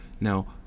Now